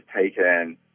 taken